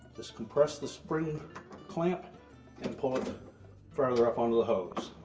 just compress the spring clamp and pull further up onto the hose.